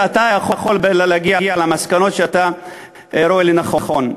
ואתה יכול להגיע למסקנות שאתה רואה לנכון.